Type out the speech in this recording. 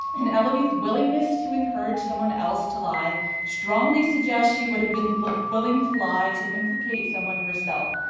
and eleby's willingness to encourage someone else to lie strongly suggests she would have been willing to lie to implicate someone herself,